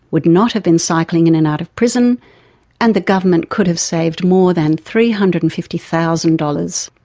would not have been cycling in and out of prison and the government could have saved more than three hundred and fifty thousand dollars.